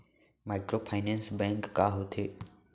Microfinance bank का होथे?